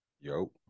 yo